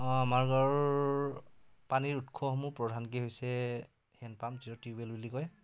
আমাৰ গাঁৱৰ পানীৰ উৎসসমূহ প্ৰধানকৈ হৈছে হেণ্ড পাম্প যিটো টিউবৱেল বুলি কয়